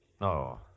No